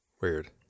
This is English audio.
Weird